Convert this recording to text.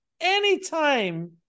anytime